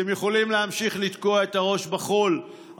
אתם יכולים להמשיך לתקוע את הראש בחול,